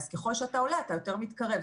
אז ככל שאתה עולה אתה יותר מתקרב.